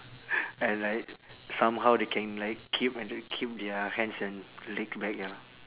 and like somehow they can like keep and the keep their hands and legs back ya